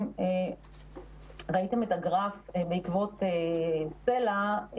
אם ראיתם את הגרף בעקבות סטלה,